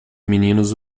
meninos